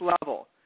level